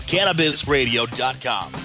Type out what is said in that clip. CannabisRadio.com